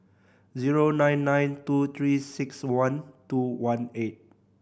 zero nine nine two Three Six One two one eight